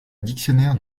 dictionnaire